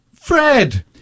Fred